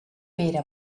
pere